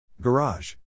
Garage